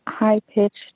high-pitched